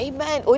Amen